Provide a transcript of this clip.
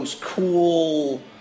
cool